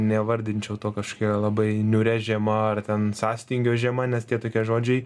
nevardinčiau to kažkokia labai niūria žiema ar ten sąstingio žiema nes tie tokie žodžiai